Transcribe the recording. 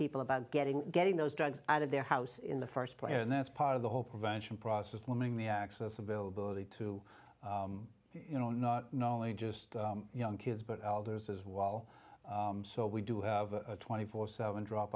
people about getting getting those drugs out of their house in the first place and that's part of the whole prevention process winning the access availability to you know not knowing just young kids but elders as wall so we do have a twenty four seven drop